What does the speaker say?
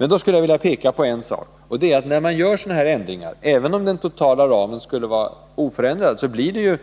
Men då skulle jag vilja peka på en sak, nämligen den att då det görs sådana här ändringar blir det ju